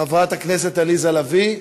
חברת הכנסת עליזה לביא,